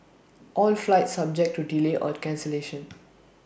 all flights subject to delay or cancellation